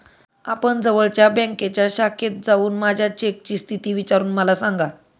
आपण जवळच्या बँकेच्या शाखेत जाऊन माझ्या चेकची स्थिती विचारून मला सांगा